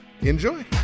enjoy